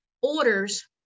orders